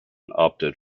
opted